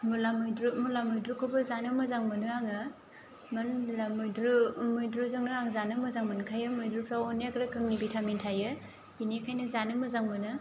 मुला मैद्रु मुला मैद्रुखौबो जानो मोजां मोनो आङो मानो होमब्ला मैद्रु मैद्रुजोंनो आं जानो मोजां मोनखायो मैद्रुफ्राव अनेक रोखोमनि भिटामिन थायो बिनिखायनो जानो मोजां मोनो